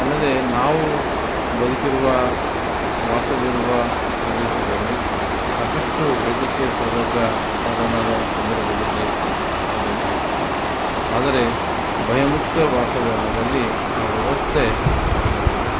ಅಲ್ಲದೇ ನಾವು ಬದುಕಿರುವ ವಾಸವಿರುವ ಪ್ರದೇಶದಲ್ಲಿ ಸಾಕಷ್ಟು ವೈದ್ಯಕೀಯ ಸೌಲಭ್ಯ ಕರೋನಾದ ಸಂದರ್ಭದಲ್ಲಿ ಆಗಬೇಕಾಗಿತ್ತು ಆದರೆ ಭಯ ಮುಕ್ತ ವಾತಾವರಣದಲ್ಲಿ ಆ ವ್ಯವಸ್ಥೆ ಆಗಲಿಲ್ಲ